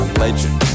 legend